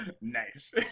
nice